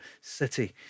City